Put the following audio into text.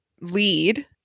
lead